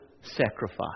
sacrifice